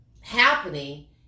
happening